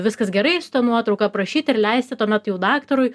viskas gerai tą nuotrauką aprašyt ir leisti tuomet jau daktarui